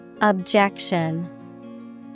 Objection